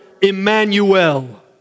Emmanuel